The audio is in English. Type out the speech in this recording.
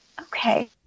Okay